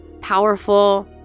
powerful